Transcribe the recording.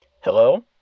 Hello